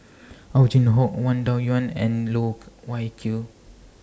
Ow Chin Hock Wang Dayuan and Loh Wai Kiew